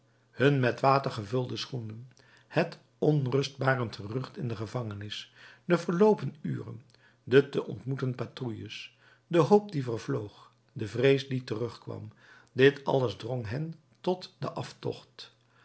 hun met water gevulde schoenen het onrustbarend gerucht in de gevangenis de verloopen uren de te ontmoeten patrouilles de hoop die vervloog de vrees die terugkwam dit alles drong hen tot den aftocht